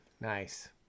Nice